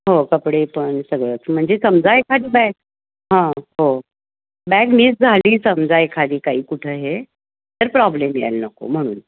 हो कपडे पण सगळंच म्हणजे समजा एखादी बॅग हां हो बॅग मिस झाली समजा एखादी काही कुठं हे तर प्रॉब्लेम यायला नको म्हणून